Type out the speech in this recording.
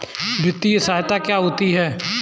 वित्तीय सहायता क्या होती है?